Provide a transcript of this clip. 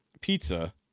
pizza